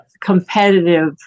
competitive